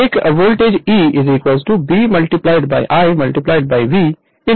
इसलिए एक voltage E B l V induce करेगा